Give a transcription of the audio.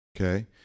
Okay